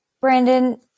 Brandon